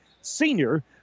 senior